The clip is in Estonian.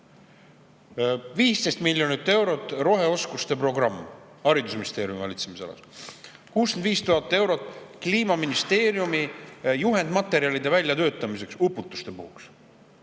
15 miljonit eurot roheoskuste programmile haridusministeeriumi valitsemisalas. 65 000 eurot Kliimaministeeriumi juhendmaterjalide väljatöötamiseks uputuste puhuks.